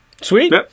sweet